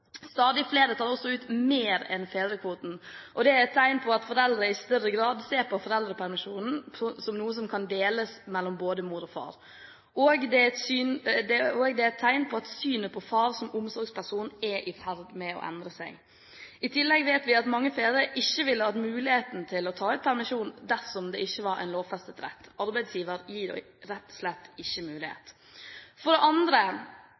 Stadig flere tar også ut mer enn fedrekvoten. Det er et tegn på at foreldre i større grad ser på foreldrepermisjonen som noe som kan deles mellom mor og far, og det er et tegn på at synet på far som omsorgsperson er i ferd med å endre seg. I tillegg vet vi at mange fedre ikke ville hatt muligheten til å ta ut permisjon dersom det ikke var en lovfestet rett. Arbeidsgiver gir dem rett og slett ikke mulighet. For det andre: